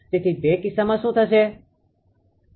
તેથી તે કિસ્સામાં શું થાય છે